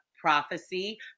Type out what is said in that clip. prophecy